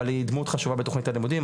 אבל היא דמות חשובה בתוכנית הלימודים,